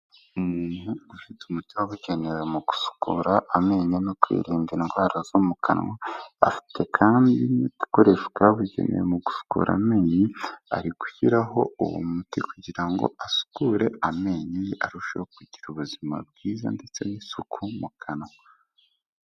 Umuntu ufite umuti wabugenewe mu gusukura amenyo no kwirinda indwara zo mu kanwa, afite kandi agakoresho kabugenewe mu gusukura amenyo, ari gushyiraho uwo muti kugira ngo asukure amenyo ye arushaho kugira ubuzima bwiza ndetse n'isuku mu kanwa.